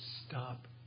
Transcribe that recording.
stop